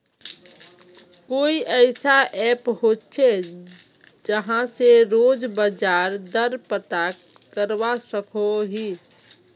कोई ऐसा ऐप होचे जहा से रोज बाजार दर पता करवा सकोहो ही?